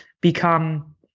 become